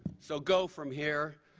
so go from here,